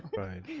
right.